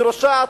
מרושעת,